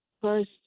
first